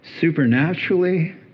supernaturally